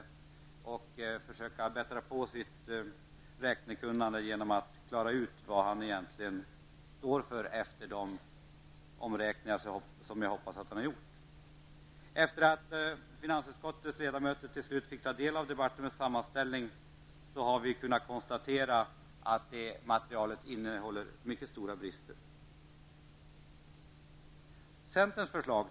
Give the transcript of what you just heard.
Han bör visa att han försökt förbättra sin räkneförmåga genom att förklara vad han egentligen står för efter de omräkningar som han förhoppningsvis har gjort. Efter att finansutskottets ledamöter till sist har fått ta del av departementets sammanställning, har vi kunnat konstatera att departementets sammanställning innehåller mycket stora brister.